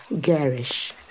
garish